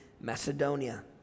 Macedonia